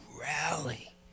rally